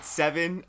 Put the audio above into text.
seven